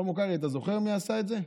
שלמה קרעי, אתה זוכר מי עשה את זה?